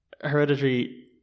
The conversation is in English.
Hereditary